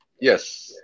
Yes